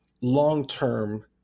long-term